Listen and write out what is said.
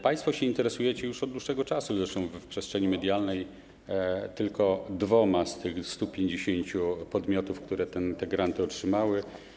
Państwo interesujecie się już od dłuższego czasu zresztą w przestrzeni medialnej tylko dwoma z tych 150 podmiotów, które te granty otrzymały.